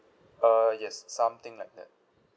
uh yes something like that